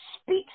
speaks